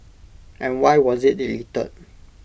and why was IT deleted